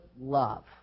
love